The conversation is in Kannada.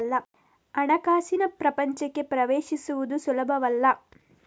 ಹಣಕಾಸಿನ ಪ್ರಪಂಚಕ್ಕೆ ಪ್ರವೇಶಿಸುವುದು ಸುಲಭವಲ್ಲ